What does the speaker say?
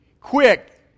Quick